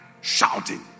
shouting